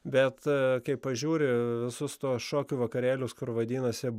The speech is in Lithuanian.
bet kai pažiūri visus tuos šokių vakarėlius kur vadinasi